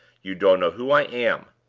you don't know who i am.